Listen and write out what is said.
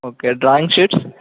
okay drawing sheets